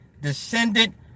Descendant